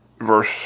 verse